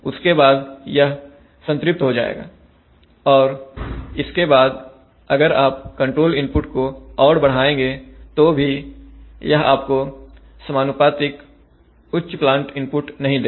उसके बाद यह संतृप्त हो जाएगा और इसके बाद अगर आप कंट्रोल इनपुट को और बढ़ाएंगे तो भी यह आपको समानुपातिक उच्च प्लांट इनपुट नहीं देगा